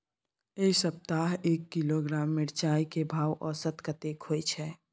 ऐ सप्ताह एक किलोग्राम मिर्चाय के भाव औसत कतेक होय छै?